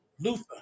Luther